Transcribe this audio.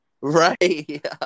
Right